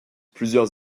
plusieurs